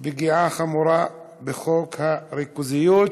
פגיעה חמורה בחוק הריכוזיות,